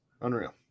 Unreal